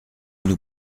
nous